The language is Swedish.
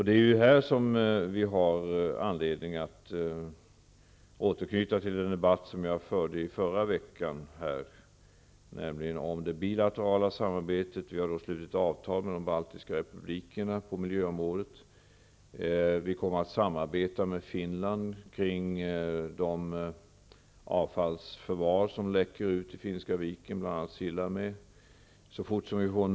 Det är här som vi har anledning att återknyta till den debatt som jag förde i förra veckan, nämligen om det bilaterala samarbetet. Vi har slutit avtal med de baltiska republikerna på miljöområdet. Vi kommer att samarbeta med Finland beträffande de avfallsförvar som läcker ut i Finska viken, bl.a. Sillamäe.